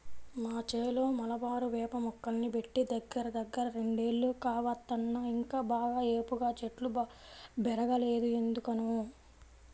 మా చేలో మలబారు వేప మొక్కల్ని బెట్టి దగ్గరదగ్గర రెండేళ్లు కావత్తన్నా ఇంకా బాగా ఏపుగా చెట్లు బెరగలేదు ఎందుకనో